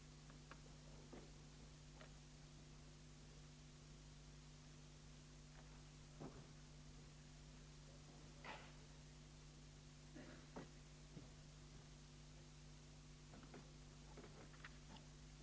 16 november 1981